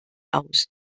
aus